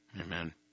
Amen